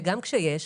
וגם כשיש,